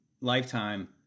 lifetime